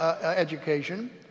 education